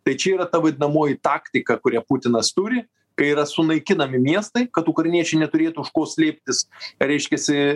tai čia yra ta vadinamoji taktika kurią putinas turi kai yra sunaikinami miestai kad ukrainiečiai neturėtų už ko slėptis reiškiasi